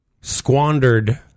squandered